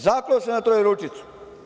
Zakleo se na Trojeručicu.